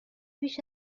بیش